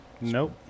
Nope